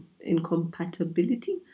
incompatibility